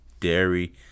dairy